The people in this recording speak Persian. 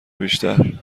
بیشتر